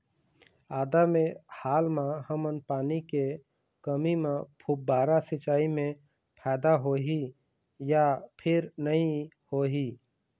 आदा मे हाल मा हमन पानी के कमी म फुब्बारा सिचाई मे फायदा होही या फिर नई होही?